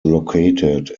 located